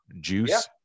juice